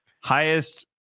highest